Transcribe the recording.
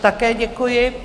Také děkuji.